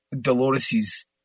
Dolores's